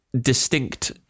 distinct